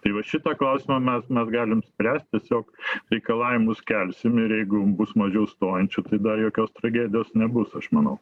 tai va šitą klausimą mes mes galim spręst tiesiog reikalavimus kelsim ir jeigu bus mažiau stojančių tai da jokios tragedijos nebus aš manau